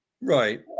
Right